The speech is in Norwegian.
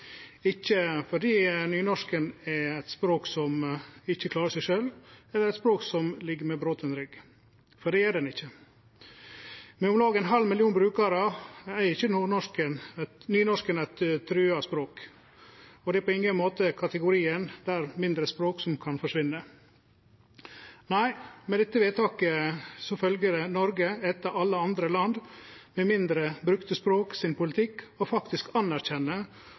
Ikkje fordi nynorsken er eit språk som ikkje klarar seg sjølv, eller er eit språk som ligg med broten rygg, for det gjer det ikkje. Med om lag ein halv million brukarar er ikkje nynorsken eit trua språk. Det er på ingen måte i kategorien med mindre språk som kan forsvinne. Nei, med dette vedtaket følgjer Noreg etter alle andre land med politikken for mindre brukte språk og anerkjenner faktisk at dei mindre brukte språka treng å verte fremja og